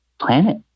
planet